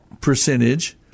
percentage